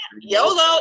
YOLO